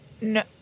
No